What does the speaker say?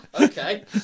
Okay